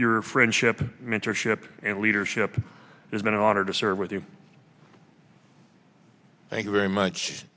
your friendship mentorship and leadership there's been an honor to serve with you thank you very much